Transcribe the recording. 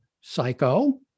psycho